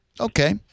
Okay